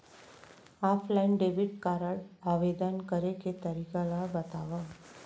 Offline debit card आवेदन करे के तरीका ल बतावव?